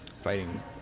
fighting